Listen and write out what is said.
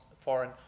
foreign